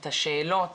את השאלות,